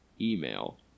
email